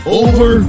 over